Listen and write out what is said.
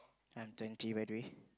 I'm twenty by the way